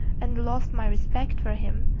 and lost my respect for him.